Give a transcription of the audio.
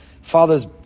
Father's